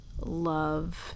love